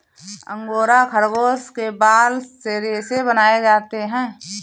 angora खरगोश के बाल से रेशे बनाए जाते हैं